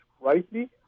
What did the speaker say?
rightly